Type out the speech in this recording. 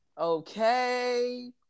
okay